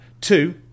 Two